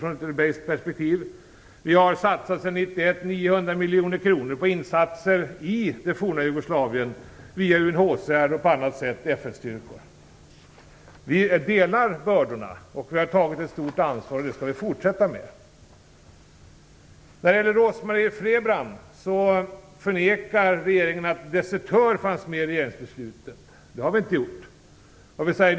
Sedan 1991 har vi satsat 900 miljoner kronor på insatser i det forna Jugoslavien via UNHCR, FN-styrkor och på annat sätt. Vi delar bördorna. Vi har tagit ett stort ansvar, och det skall vi fortsätta med. Rose-Marie Frebran säger att regeringen förnekar att desertörer fanns med bland de personer som regeringsbeslutet gällde. Det har regeringen inte gjort.